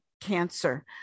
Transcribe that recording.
cancer